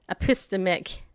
epistemic